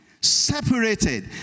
separated